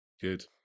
good